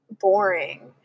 boring